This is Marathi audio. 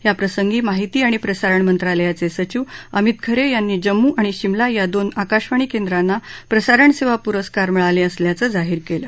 याप्रसंगी माहिती आणि प्रसारण मंत्रालयाचे सचिव अमित खरे यांनी जम्मू आणि शिमला या दोन आकाशवाणी केंद्रांना प्रसारण सेवा पुरस्कार मिळाले असल्याचं जाहीर केलं